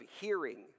hearing